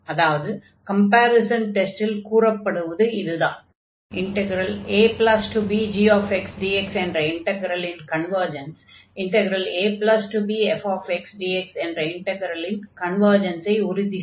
அதாவது கம்பேரிஸன் டெஸ்டில் கூறப்படுவது இதுதான் abgxdx என்ற இன்டக்ரலின் கன்வர்ஜன்ஸ் abfxdx என்ற இன்டக்ரலின் கன்வர்ஜன்ஸை உறுதி செய்யும்